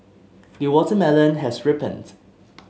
the watermelon has ripened